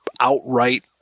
outright